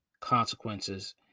consequences